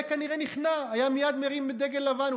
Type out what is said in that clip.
היה כנראה נכנע, היה מייד מרים דגל לבן.